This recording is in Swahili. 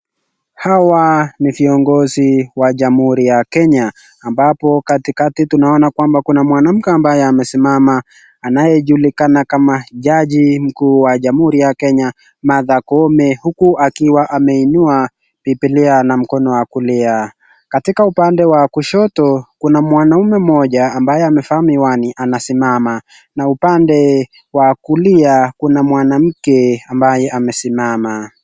Hawa ni viongozi wa jamhuri ya Kenya. Ambapo katikati tunaona kwamba kuna mwanamke ambaye amesimama, anayejulikana kama jaji mkuu wa jamhuri ya Kenya, Martha Koome, huku akiwa ameinua bibilia na mkono wa kulia. Katika upande wa kushoto kuna mwanaume mmoja ambaye amevaa miwani anasimama na upande wa kulia kuna mwanamke ambaye amesimama.